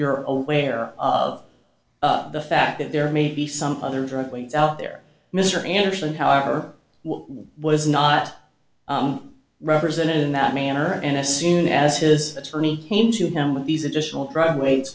you're aware of the fact that there may be some other different ways out there mr anderson however was not represented in that manner and as soon as his attorney came to him with these additional problem weights